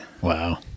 Wow